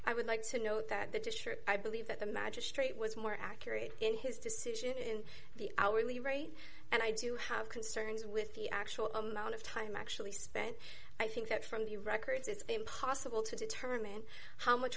i would like to note that the district i believe that the magistrate was more accurate in his decision in the hourly rate and i do have concerns with the actual amount of time actually spent i think that from the records it's impossible to determine how much